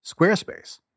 Squarespace